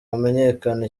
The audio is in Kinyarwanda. hamenyekane